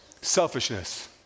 Selfishness